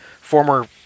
former